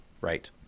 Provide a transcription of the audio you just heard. Right